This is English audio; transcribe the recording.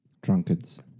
Drunkards